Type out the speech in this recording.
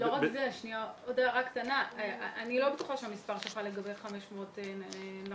אני לא בטוחה שהמספר שלך לגבי 500 נכון.